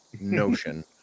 notion